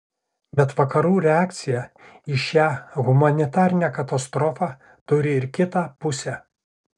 bet vakarų reakcija į šią humanitarinę katastrofą turi ir kitą pusę